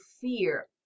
fear